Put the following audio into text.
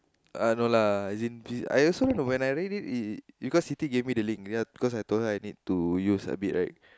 uh no lah as in I also when I read it because Siti give me the link because I told her I need use a bit right